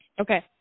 Okay